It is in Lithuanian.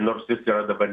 nors jis yra dabar